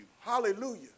Hallelujah